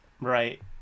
Right